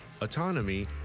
autonomy